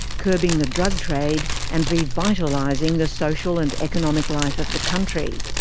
curbing the drug trade and revitalising the social and economic life of the country.